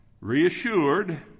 Reassured